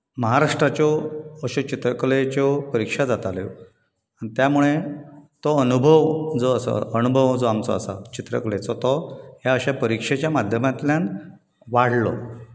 महाराष्ट्राच्यो अश्यो चित्रकलेच्यो परिक्षा जाताल्यो आनी त्या मुळे तो अनुभव जो आसा अणभव जो आमचो आसा चित्रकलेचो तो अशे परिक्षेच्या माध्यमांतल्यान वाडलो